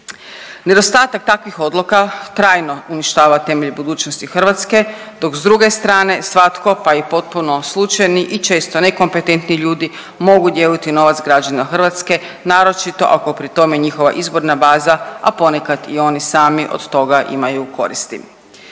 Nedostatak takvih odluka trajno uništava temelj budućnosti Hrvatske dok s druge strane svatko, pa i potpuno slučajni i često nekompetentni ljudi mogu dijeliti novac građana Hrvatske, naročito ako pri tome njihova izborna baza, a ponekad i oni sami od toga imaju koristi.